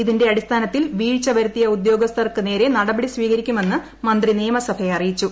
ഇത് അടിസ്ഥാനത്തിൽ വീഴ്ച വരുത്തിയ ഉദ്യോഗസ്ഥർക്കു നേരെ നടപടി സ്വീകരിക്കുമെന്ന് മന്ത്രി നിയമസഭയെ അറിയിച്ചു